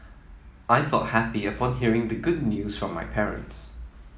I felt happy upon hearing the good news from my parents